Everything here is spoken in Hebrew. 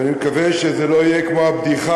ואני מקווה שזה לא יהיה כמו הבדיחה: